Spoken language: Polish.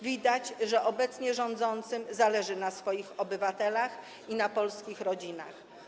Widać, że obecnie rządzącym zależy na swoich obywatelach i na polskich rodzinach.